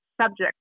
subject